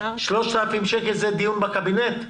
3,000 שקל נקבע בדיון בקבינט?